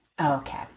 Okay